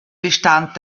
bestand